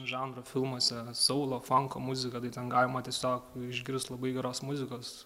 žanro filmuose saulo fanko muziką tai ten galima tiesiog išgirst labai geros muzikos